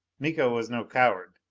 miko was no coward.